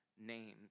names